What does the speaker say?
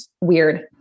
weird